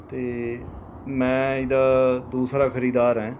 ਅਤੇ ਮੈਂ ਇਹਦਾ ਦੂਸਰਾ ਖਰੀਦਦਾਰ ਹੈ